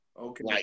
Okay